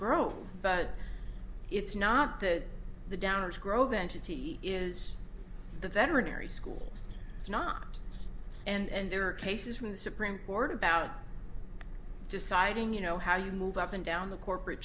scrope but it's not that the downers grove entity is the veterinary school it's not and there are cases from the supreme court about deciding you know how you move up and down the corporate